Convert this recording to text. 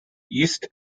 east